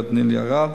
הגברת נילי ארד,